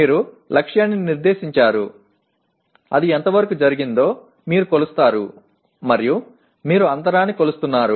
మీరు లక్ష్యాన్ని నిర్దేశించారు అది ఎంతవరకు జరిగిందో మీరు కొలుస్తారు మరియు మీరు అంతరాన్ని కొలుస్తున్నారు